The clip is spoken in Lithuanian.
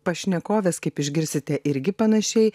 pašnekovės kaip išgirsite irgi panašiai